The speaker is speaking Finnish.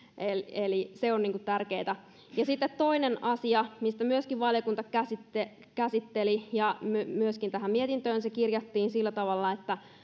eli se on tärkeätä ja sitten toinen asia mitä myöskin valiokunta käsitteli ja myöskin tähän mietintöön se kirjattiin sillä tavalla että